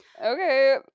okay